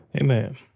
Amen